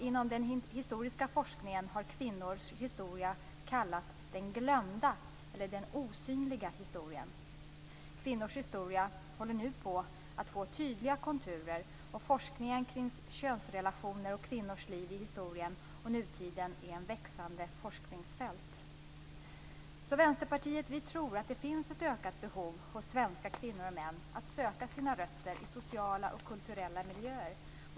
Inom den historiska forskningen har kvinnors historia kallats den glömda eller den osynliga historien. Kvinnors historia håller nu på att få tydliga konturer. Forskningen kring könsrelationer och kvinnors liv i historien och nutiden är ett växande forskningsfält. Vi i Vänsterpartiet tror att det finns ett ökat behov hos svenska kvinnor och män att söka sina rötter i sociala och kulturella miljöer.